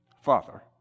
Father